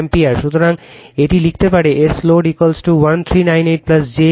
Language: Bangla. সুতরাং এটি লিখতে পারে S load 1398 j 1113 volt ampere